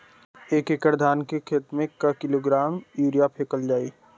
एक एकड़ धान के खेत में क किलोग्राम यूरिया फैकल जाई?